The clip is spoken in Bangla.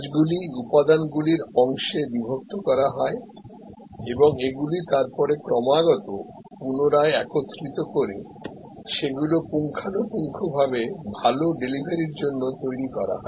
কাজগুলিকে উপাদানগুলির অংশ অনুযায়ী ভাগ করা হয় এবং এগুলি তারপরে ক্রমাগত পুনরায় একত্রিত করে সেগুলি পুঙ্খানুপুঙ্খ ভাবে ভাল ডেলিভারির জন্যে তৈরী করা হয়